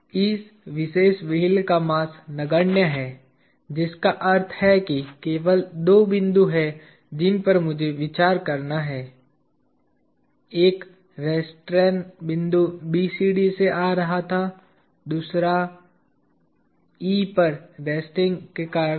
इस विशेष व्हील का मास नगण्य है जिसका अर्थ है कि केवल दो बिंदु हैं जिन पर मुझे विचार करना है एक रेस्ट्रेइन बिंदु BCD से आ रहा था और दूसरा E पर रेस्टिंग के कारण था